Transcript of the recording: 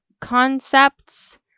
concepts